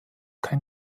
kein